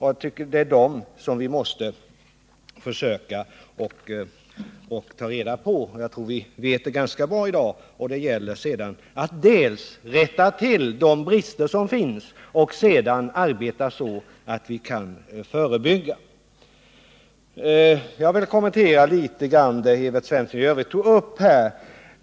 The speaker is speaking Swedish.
Dem måste vi försöka ta reda på, och jag tror att vi känner dem ganska bra i dag. Det gäller sedan att rätta till de brister som finns och arbeta så att vi kan förebygga missbruket. Jag vill något kommentera vad Evert Svensson i övrigt tog upp här.